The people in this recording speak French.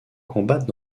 combattent